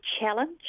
challenge